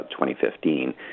2015